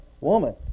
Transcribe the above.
Woman